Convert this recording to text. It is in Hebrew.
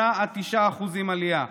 8% 9% עלייה,